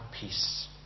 peace